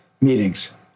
meetings